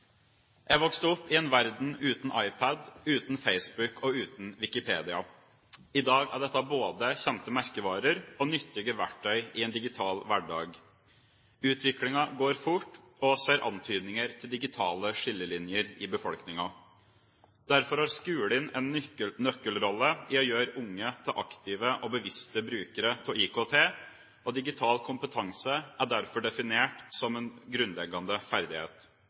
dette både kjente merkevarer og nyttige verktøy i en digital hverdag. Utviklingen går fort, og vi ser antydninger til digitale skillelinjer i befolkningen. Derfor har skolen en nøkkelrolle i å gjøre unge til aktive og bevisste brukere av IKT, og digital kompetanse er derfor definert som en grunnleggende ferdighet.